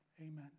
Amen